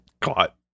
Caught